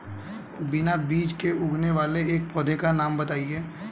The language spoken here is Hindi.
बिना बीज के उगने वाले एक पौधे का नाम बताइए